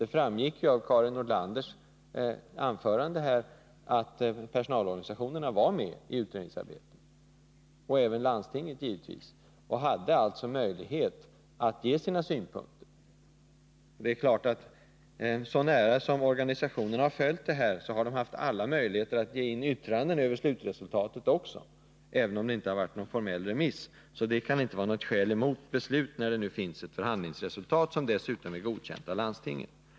Det framgick av Karin Nordlanders anförande att personalorganisationerna var med i det arbetet — givetvis var även landstinget med — och alltså hade möjligheter att ge sina synpunkter. Eftersom dessa organisationer så nära har följt utredningsarbetet, har de också haft alla möjligheter att ge in yttranden över slutresultatet, även om det inte varit någon formell remiss. Detta kan alltså inte vara något skäl emot ett beslut, när det nu finns ett förhandlingsresultat som dessutom är godkänt av landstinget.